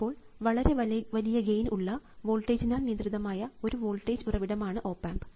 അപ്പോൾ വളരെ വലിയ ഗെയിൻ ഉള്ള വോൾട്ടേജിനാൽ നിയന്ത്രിതമായ ഒരു വോൾട്ടേജ് ഉറവിടമാണ് ഓപ് ആമ്പ്